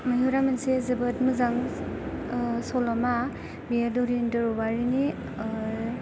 मैहुरआ मोनसे जोबोद मोजां सल'मा बेयो धरनीधर औवारीनि